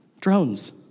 drones